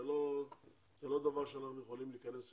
זה לא דבר שאנחנו יכולים להיכנס אליו.